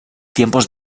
tiempos